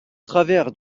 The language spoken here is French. travers